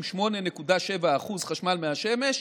עם 8.7% חשמל מהשמש,